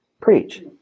preach